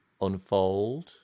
unfold